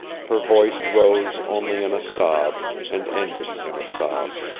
her voice rose only in a sob, and ended in a sob.